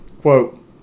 Quote